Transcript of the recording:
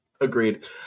agreed